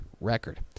record